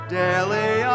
daily